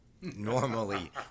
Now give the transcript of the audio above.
normally